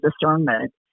discernment